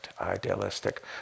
idealistic